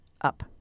up